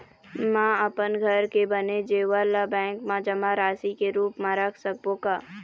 म अपन घर के बने जेवर ला बैंक म जमा राशि के रूप म रख सकबो का?